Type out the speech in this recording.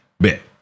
Bit